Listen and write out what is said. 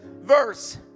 verse